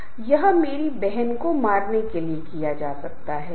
सामान्य हित समूह है और यह बहुत उपयोगी और उद्देश्यपूर्ण है